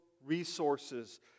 resources